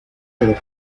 pero